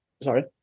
sorry